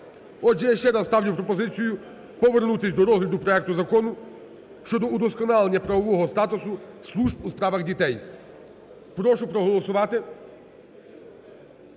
Отже, я ще раз ставлю пропозицію повернутись до розгляду проекту Закону щодо удосконалення правового статусу служб у справах дітей. Прошу проголосувати,